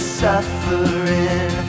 suffering